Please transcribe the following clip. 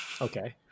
Okay